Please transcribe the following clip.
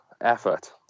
effort